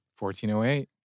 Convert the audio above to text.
1408